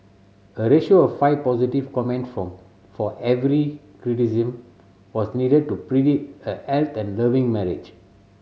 a ratio of five positive comment for for every criticism was needed to predict a healthy and loving marriage